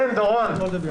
מר דורון, בבקשה.